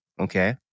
okay